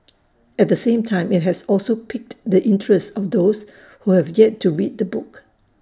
at the same time IT has also piqued the interest of those who have yet to read the book